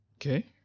Okay